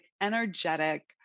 energetic